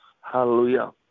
Hallelujah